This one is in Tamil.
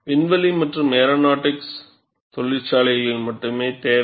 விண்வெளி மற்றும் ஏரோநாட்டிக்ஸ் தொழிற்சாலைகளில் மட்டுமே தேவை